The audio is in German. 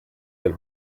den